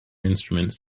instruments